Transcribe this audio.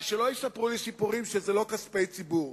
שלא יספרו לי סיפורים שזה לא כספי ציבור,